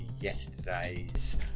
yesterday's